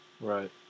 Right